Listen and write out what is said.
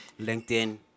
linkedin